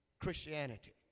Christianity